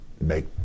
make